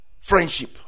friendship